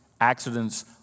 accidents